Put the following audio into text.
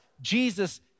Jesus